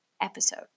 episode